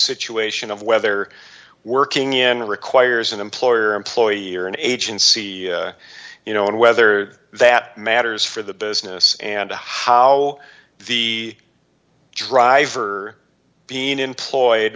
situation of whether working in requires an employer employee or an agency you know and whether that matters for the business and how the driver being employed